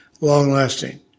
long-lasting